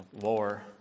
war